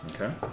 Okay